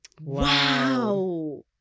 Wow